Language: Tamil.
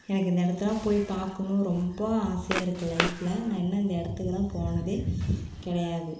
எனக்கு இந்த இடத்தெல்லாம் போய் பார்க்கணும் ரொம்ப ஆசையாக இருக்குது லைஃப்பில் நான் இன்னும் இந்த இடத்துக்கெல்லாம் போனது கிடையாது